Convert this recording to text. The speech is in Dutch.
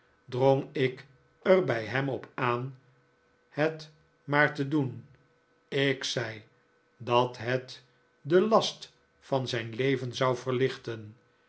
drong ik er bij hem op aan het maar te doen ik zei dat het den last van zijn leven zou verlichten